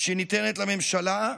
שניתנת לממשלה,